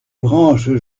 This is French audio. branches